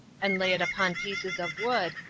and lay it upon pieces of wood,